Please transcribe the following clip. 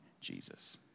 Jesus